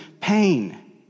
pain